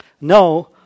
No